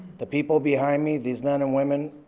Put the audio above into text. the people behind me, these men and women,